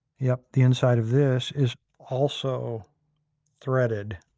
yes, the inside of this is also threaded.